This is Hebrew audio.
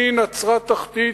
מנצרת-תחתית,